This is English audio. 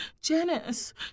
Janice